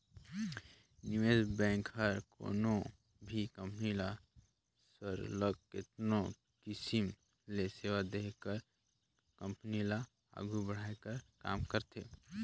निवेस बेंक हर कोनो भी कंपनी ल सरलग केतनो किसिम ले सेवा देहे कर कंपनी ल आघु बढ़ाए कर काम करथे